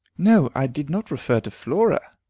no, i did not refer to flora,